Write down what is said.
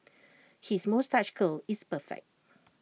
his moustache curl is perfect